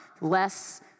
less